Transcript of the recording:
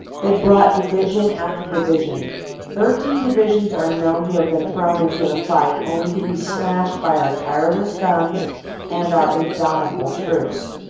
they brought division after division thirteen divisions are known to have been thrown into the fight, only to be smashed by our tireless guns and our in domitable troops.